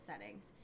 settings